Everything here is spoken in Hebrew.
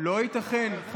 לא ייתכן, אין לנו שם מקום.